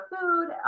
food